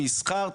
מסחר,